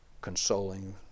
consoling